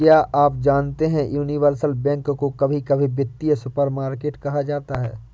क्या आप जानते है यूनिवर्सल बैंक को कभी कभी वित्तीय सुपरमार्केट कहा जाता है?